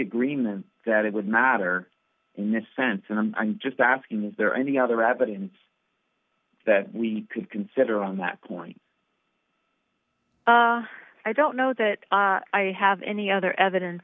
agreement that it would matter in this sense and i'm just asking is there any other evidence that we could consider on that point i don't know that i have any other evidence